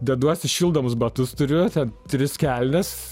deduosi šildomus batus turiu ten tris kelnes